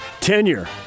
tenure